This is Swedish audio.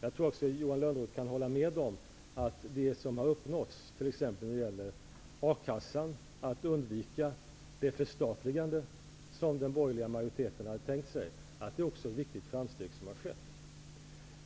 Jag tror också att Johan Lönnroth håller med om att det som har uppnåtts, t.ex. när det gäller akassan, dvs. att undvika det förstatligande som den borgerliga majoriteten hade tänkt sig, också är ett viktigt framsteg.